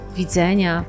widzenia